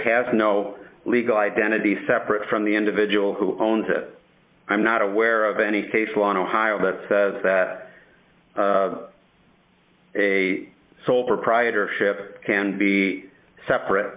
no legal identity separate from the individual who owns it i'm not aware of any case law in ohio that says that a sole proprietorship can be separate